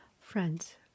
friends